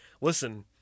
listen